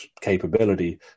capability